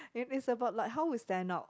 if it's about like how we stand out